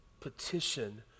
petition